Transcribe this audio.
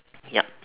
ya